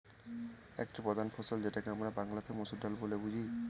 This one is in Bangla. একটি প্রধান ফসল যেটাকে আমরা বাংলাতে মসুর ডাল বলে বুঝি